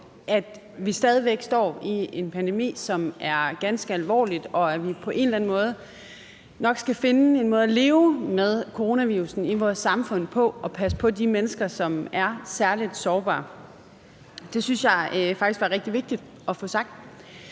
at vi stadig væk står i en pandemi, som er ganske alvorlig, og hvor vi på en eller anden måde nok skal finde en måde at leve med coronavirussen på i vores samfund og at passe på de mennesker, som er særlig sårbare. Det synes jeg faktisk var rigtig vigtigt at få sagt.